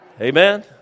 Amen